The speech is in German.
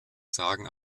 sagen